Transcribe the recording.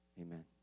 amen